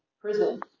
prison